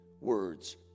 words